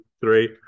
three